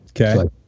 Okay